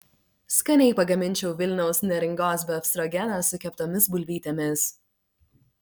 skaniai pagaminčiau vilniaus neringos befstrogeną su keptomis bulvytėmis